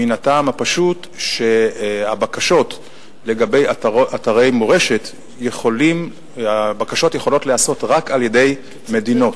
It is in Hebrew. מהטעם הפשוט שהבקשות לגבי אתרי מורשת יכולות להיעשות רק על-ידי מדינות,